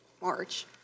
March